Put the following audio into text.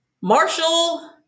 marshall